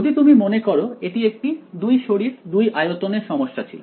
যদি তুমি মনে করো এটি একটি দুই শরীর দুই আয়তন এর সমস্যা ছিল